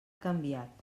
canviat